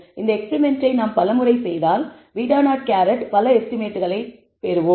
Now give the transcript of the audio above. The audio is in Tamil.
இந்த எக்ஸ்பிரிமெண்ட்டை நாம் பலமுறை செய்தால் β̂₀ பல எஸ்டிமேட்களைப் பெறுவோம்